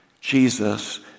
Jesus